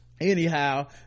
anyhow